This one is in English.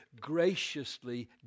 graciously